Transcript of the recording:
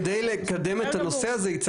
כדי לקדם את הנושא הזה,